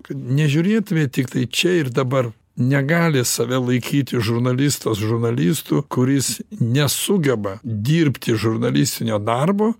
kad nežiūrėtumėt tiktai čia ir dabar negali save laikyti žurnalistas žurnalistu kuris nesugeba dirbti žurnalistinio darbo